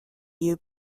you